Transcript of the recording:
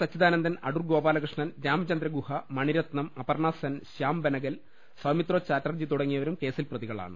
സച്ചിദാനന്ദൻ അടൂർ ഗോപാലകൃഷ്ണൻ രാമചന്ദ്രഗുഹ മണിരത്നം അപർണസെൻ ശ്യാം ബെനഗൽ സൌമിത്രോ ചാറ്റർജി തുടങ്ങിയവരും കേസിൽ പ്രതികളാണ്